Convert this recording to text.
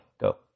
go